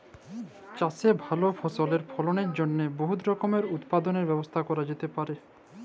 চাষে ভাল ফসলের ফলনের জ্যনহে বহুত রকমের উৎপাদলের ব্যবস্থা ক্যরা যাতে পারে